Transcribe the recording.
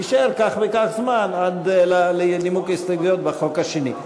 יישאר כך וכך זמן עד לנימוק ההסתייגויות בחוק השני.